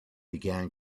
began